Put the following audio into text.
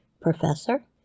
Professor